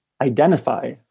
identify